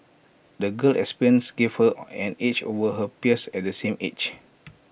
the girl's experiences gave her an edge over her peers at the same age